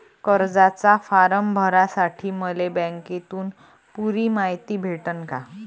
कर्जाचा फारम भरासाठी मले बँकेतून पुरी मायती भेटन का?